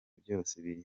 byose